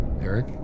Eric